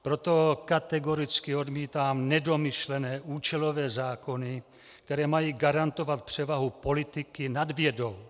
Proto kategoricky odmítám nedomyšlené účelové zákony, které mají garantovat převahu politiky nad vědou.